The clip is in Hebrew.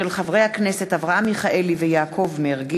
של חברת הכנסת איילת שקד וקבוצת חברי הכנסת.